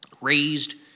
raised